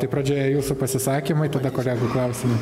tai pradžioje jūsų pasisakymai tada kolegų klausimai